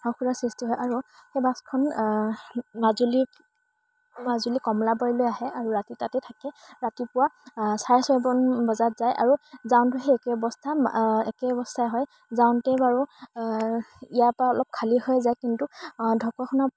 অসুবিধাৰ সৃষ্টি হয় আৰু সেই বাছখন মাজুলী মাজুলীৰ কমলাবাৰীলৈ আহে আৰু ৰাতি তাতে থাকে ৰাতিপুৱা চাৰে ছয় মান বজাত যায় আৰু যাওঁতে সেই একে অৱস্থা একে অৱস্থাই হয় যাওঁতে বাৰু ইয়াৰ পৰা অলপ খালী হৈ যায় কিন্তু ঢকুৱাখানা